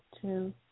two